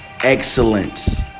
excellence